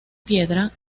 piedra